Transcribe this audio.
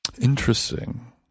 Interesting